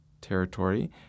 territory